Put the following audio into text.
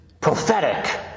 prophetic